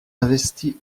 investi